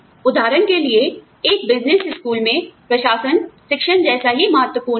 उदाहरण के लिए एक बिजनेस स्कूल में प्रशासन शिक्षण जैसा ही महत्वपूर्ण है